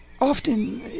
often